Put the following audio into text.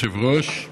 אדוני היושב-ראש,